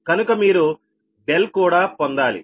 కనుక మీరు కూడా పొందాలి